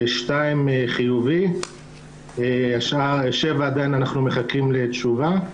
שתיים חיובי, שבע אנחנו עדיין מחכים לתשובה,